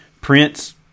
Prince